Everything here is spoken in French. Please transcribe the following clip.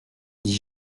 dit